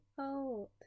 old